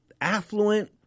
affluent